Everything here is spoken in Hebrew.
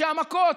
שהמכות,